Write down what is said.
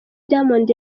diamond